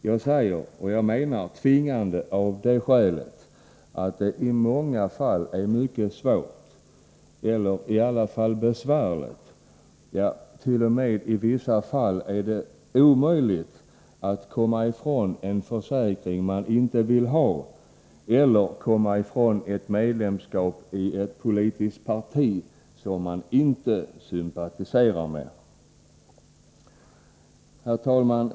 Jag säger och menar ”tvinga” av det skälet, att det i många fall är mycket svårt eller i alla fall besvärligt, ja, t.o.m. i vissa fall omöjligt att komma ifrån en försäkring som man inte vill ha eller komma ifrån ett medlemskap i ett politiskt parti som man inte sympatiserar med. Herr talman!